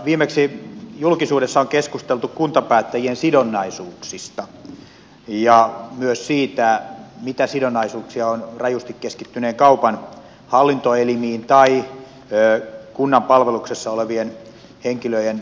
viimeksi julkisuudessa on keskusteltu kuntapäättäjien sidonnaisuuksista ja myös siitä mitä sidonnaisuuksia on rajusti keskittyneen kaupan hallintoelimiin tai kunnan palveluksessa olevien henkilöiden ammattijärjestöihin